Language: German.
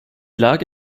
lage